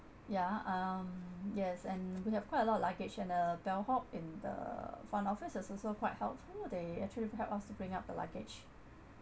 yeah um yes and we have quite a lot of luggage and the bell hop in the front office is also quite helpful they actually help us to bring up the luggage